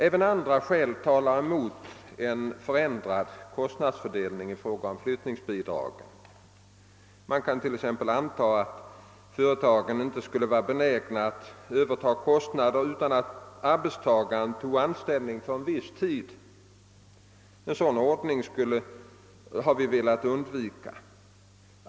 Även andra skäl talar emot en förändrad kostnadsfördelning i fråga om flyttningsbidragen. Man kan t.ex. anta att företagen inte skulle vara benägna att överta kostnaderna utan att arbetstagaren tog anställning för viss tid. Er sådan ordning har vi velat undvika.